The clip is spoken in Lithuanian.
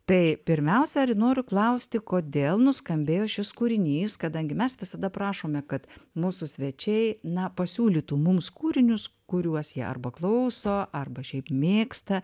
tai pirmiausia noriu klausti kodėl nuskambėjo šis kūrinys kadangi mes visada prašome kad mūsų svečiai na pasiūlytų mums kūrinius kuriuos jie arba klauso arba šiaip mėgsta